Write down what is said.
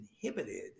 inhibited